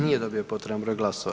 Nije dobio potreban broj glasova.